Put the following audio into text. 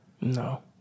No